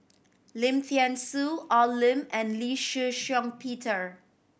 Lim Thean Soo Al Lim and Lee Shih Shiong Peter